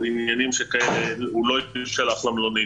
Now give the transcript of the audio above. עניינים שכאלה הוא לא ישלח למלונית,